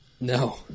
No